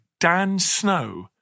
DANSNOW